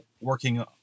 working